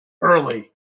early